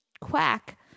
quack